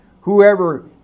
Whoever